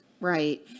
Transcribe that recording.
right